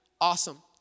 Awesome